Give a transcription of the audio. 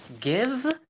give